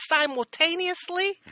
simultaneously